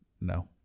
No